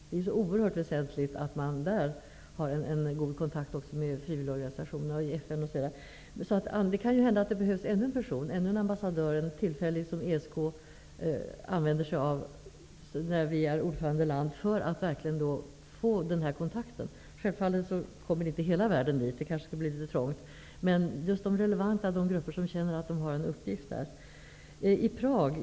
Det är ju oerhört väsentligt att man har goda kontakter också med frivilligorganisationerna i FN osv. Det kan således hända att det tillfälligt behövs ytterligare en ambassadör som ESK kan använda sig av under den tid som Sverige är ordförandeland för att nämnda kontakt verkligen skall komma till stånd. Självfallet kan det inte gälla hela världen. Alla kan ju inte komma till Jugoslavien för då skulle det kanske bli litet trångt. Men just de relevanta grupperna, de grupper som känner att de har en uppgift här, kunde komma i fråga.